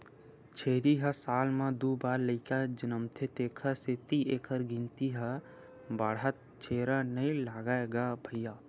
छेरी ह साल म दू बार लइका जनमथे तेखर सेती एखर गिनती ह बाड़हत बेरा नइ लागय गा भइया